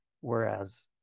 whereas